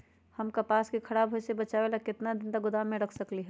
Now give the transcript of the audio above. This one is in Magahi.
हम कपास के खराब होए से बचाबे ला कितना दिन तक गोदाम में रख सकली ह?